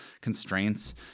constraints